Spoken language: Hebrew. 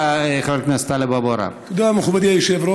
בבקשה, חבר הכנסת טלב אבו עראר.